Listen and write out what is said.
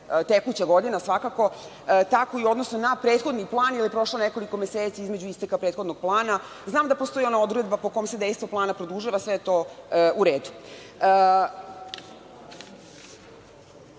tekuća godina svakako, tako je u odnosu na prethodni plan, jer je prošlo nekoliko meseci između isteka prethodnog plana. Znam da postoji ona odredba po kojoj se dejstvo plana produžava. Sve je to u redu.Zašto